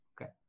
okay